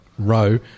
row